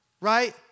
Right